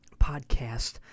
podcast